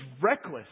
reckless